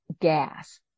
GAS